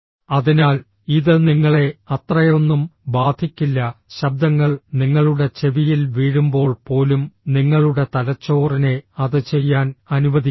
അതിനാൽ ഇത് നിങ്ങളെ അത്രയൊന്നും ബാധിക്കില്ല ശബ്ദങ്ങൾ നിങ്ങളുടെ ചെവിയിൽ വീഴുമ്പോൾ പോലും നിങ്ങളുടെ തലച്ചോറിനെ അത് ചെയ്യാൻ അനുവദിക്കാം